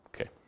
Okay